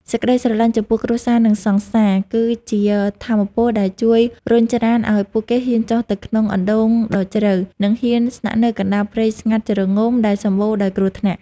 សេចក្តីស្រឡាញ់ចំពោះគ្រួសារ និងសង្សារ គឺជាថាមពលដែលជួយរុញច្រានឱ្យពួកគេហ៊ានចុះទៅក្នុងអណ្ដូងដ៏ជ្រៅ និងហ៊ានស្នាក់នៅកណ្ដាលព្រៃស្ងាត់ជ្រងំដែលសម្បូរដោយគ្រោះថ្នាក់។